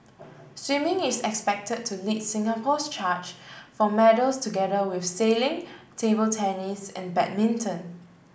swimming is expected to lead Singapore's charge for medals together with sailing table tennis and badminton